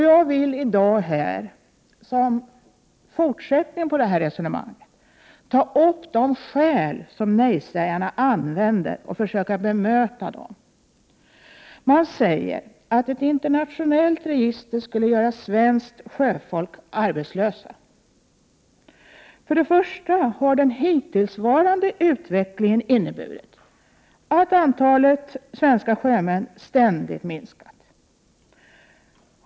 Jag vill här i dag ta upp de skäl som nejsägarna anför och försöka bemöta dem. Man säger att ett internationellt register skulle göra svenska sjömän arbetslösa. För det första har den hittillsvarande utvecklingen inneburit att antalet svenska sjömän ständigt minskat.